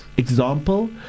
Example